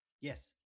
Yes